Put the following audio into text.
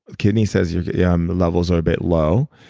kidney says yeah yeah um the levels are a bit low.